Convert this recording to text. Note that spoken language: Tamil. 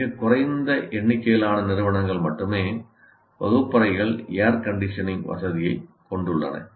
மிகக் குறைந்த எண்ணிக்கையிலான நிறுவனங்கள் மட்டுமே வகுப்பறைகள் ஏர் கண்டிஷனிங் வசதியைக் கொண்டுள்ளன